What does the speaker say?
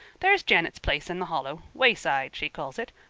there's janet's place in the hollow wayside, she calls it.